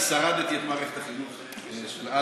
כי שרדתי את מערכת החינוך של אז,